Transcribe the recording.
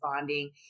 bonding